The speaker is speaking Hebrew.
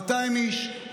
200 איש,